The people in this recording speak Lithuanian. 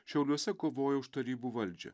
šiauliuose kovojo už tarybų valdžią